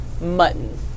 mutton